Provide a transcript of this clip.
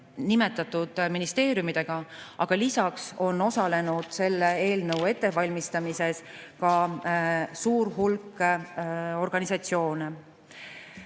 nimetatud ministeeriumidega, aga lisaks on selle eelnõu ettevalmistamises osalenud ka suur hulk organisatsioone.